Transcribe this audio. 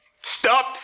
Stop